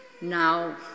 Now